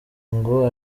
ngo